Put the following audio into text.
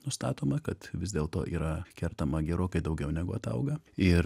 nustatoma kad vis dėlto yra kertama gerokai daugiau negu atauga ir